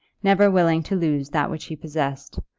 never willing to lose that which he possessed,